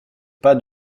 pas